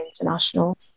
International